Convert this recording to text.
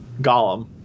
Gollum